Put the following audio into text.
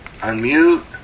Unmute